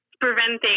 Preventing